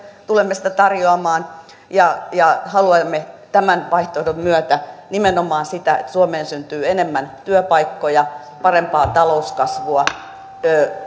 tulemme sitä tarjoamaan ja ja haluamme tämän vaihtoehdon myötä nimenomaan sitä että suomeen syntyy enemmän työpaikkoja parempaa talouskasvua